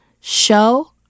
Show